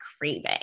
craving